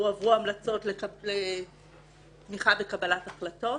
הועברו המלצות לתמיכה בקבלת החלטות.